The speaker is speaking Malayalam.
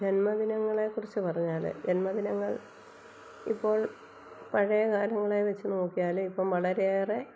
ജന്മദിനങ്ങളെക്കുറിച്ച് പറഞ്ഞാല് ജന്മദിനങ്ങള് ഇപ്പോള് പഴയ കാലങ്ങളെ വെച്ച് നോക്കിയാൽ ഇപ്പം വളരെയേറെ